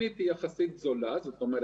בפעילות.